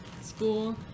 school